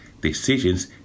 decisions